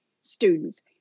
students